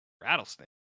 rattlesnake